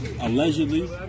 allegedly